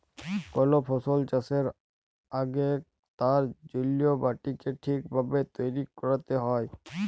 call ফসল চাষের আগেক তার জল্যে মাটিকে ঠিক ভাবে তৈরী ক্যরতে হ্যয়